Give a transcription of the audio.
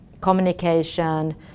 communication